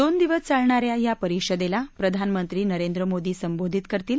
दोन दिवस चालणा या या परिषदेला प्रधानमंत्री नरेंद्र मोदी संबोधित करतील